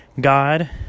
God